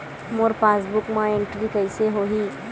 मोर passbook मा entry कइसे होही?